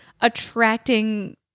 attracting